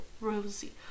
Rosie